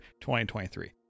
2023